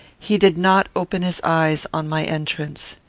he did not open his eyes on my entrance.